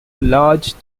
large